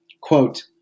quote